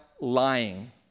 lying